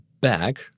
back